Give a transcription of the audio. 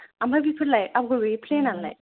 आमफ्राय बेफोरलाय आगर गैयै प्लेनालाय